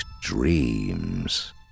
dreams